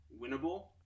winnable